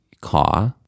caw